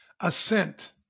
Assent